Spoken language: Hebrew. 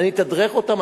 אני אתדרך אותם,